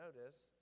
notice